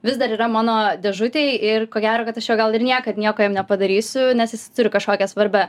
vis dar yra mano dėžutėje ir ko gero kad aš jo gal ir niekad niek jam nepadarysiu nes jis turi kažkokią svarbią